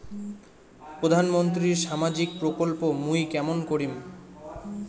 প্রধান মন্ত্রীর সামাজিক প্রকল্প মুই কেমন করিম?